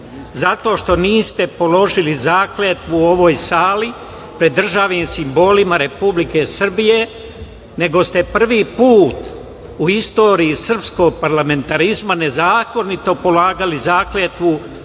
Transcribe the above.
zato što niste položili zakletvu u ovoj sali pred državnim simbolima Republike Srbije, nego ste prvi put u istoriji srpskog parlamentarizma nezakonito polagali zakletvu